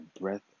breath